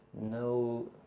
No